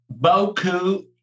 Boku